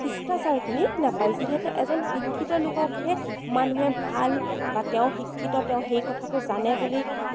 শিষ্টাচাৰখিনি নাপায় যিহেতু এজন শিক্ষিত লোককহে মানুহে ভাল বা তেওঁ শিক্ষিত তেওঁ সেই কথাটো জানে বুলি